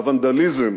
והוונדליזם